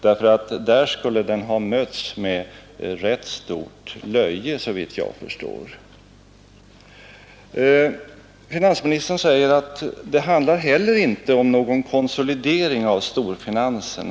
Där skulle den, såvitt jag förstår, ha mötts med rätt stort löje. Finansministern säger att det inte heller rör sig om någon konsolidering av storfinansen.